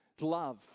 love